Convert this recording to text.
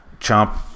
chomp